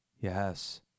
Yes